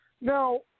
Now